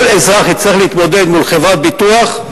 כל אזרח יצטרך להתמודד מול חברת ביטוח,